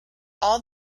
all